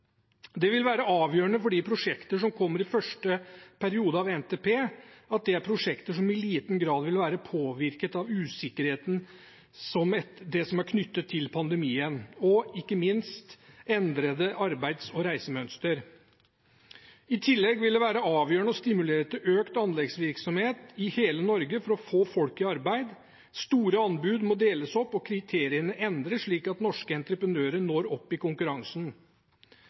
Det vil være avgjørende for de prosjektene som kommer i første periode av NTP, at det er prosjekter som i liten grad vil være påvirket av usikkerheten når det gjelder det som er knyttet til pandemien, ikke minst endrede arbeids- og reisemønstre. I tillegg vil det være avgjørende å stimulere til økt anleggsvirksomhet i hele Norge for å få folk i arbeid. Store anbud må deles opp og kriteriene endres, slik at norske entreprenører når opp i konkurransen.